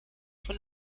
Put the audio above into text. von